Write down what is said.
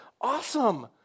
awesome